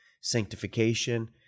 sanctification